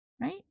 right